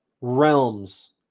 realms